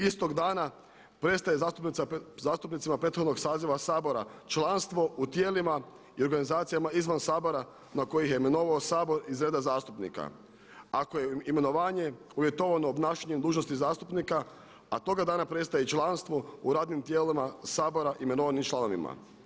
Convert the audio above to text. Istog dana prestaje zastupnicima prethodnog saziva Sabora članstvo u tijelima i organizacijama izvan Sabora na koji ih je imenovao Sabor iz reda zastupnika, a koje je imenovanje uvjetovano obnašanjem dužnosti zastupnika, a toga dana prestaje i članstvo u radnim tijelima Sabora imenovanim članovima.